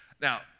Now